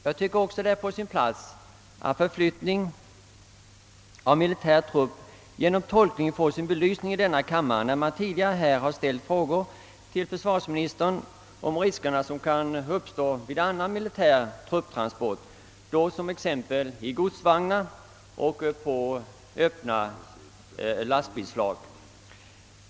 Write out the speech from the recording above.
Jag tycker också att det är på sin plats att spörsmålet om förflyttning av militär trupp genom tolkning får sin belysning i denna kammare av den anledningen att det tidigare i denna församling har riktats frågor till försvarsministern om risker som kan uppstå vid annan militär trupptransport, t.ex. i godsvagnar och på öppna lastbilsflak.